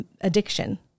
addiction